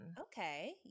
Okay